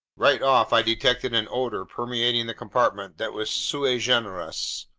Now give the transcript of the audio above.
right off, i detected an odor permeating the compartment that was sui generis.